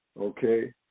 okay